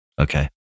Okay